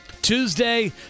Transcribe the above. Tuesday